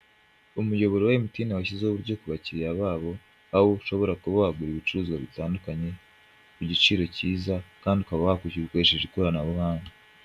Umuyoboro wa MN washyizeho uburyo ku bakiriya babo, aho ushobora kuba wagura ibicuruzwa bitandukanye ku giciro cyiza kandi ukaba wakwishyura ukoresheje ikoranabuhanga.